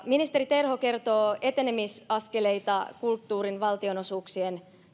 ministeri terho kertoo etenemisaskeleista kulttuurin valtionosuuksien